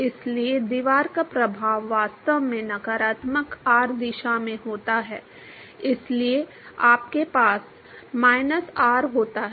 इसलिए दीवार का प्रभाव वास्तव में नकारात्मक r दिशा में होता है इसलिए आपके पास माइनस r होता है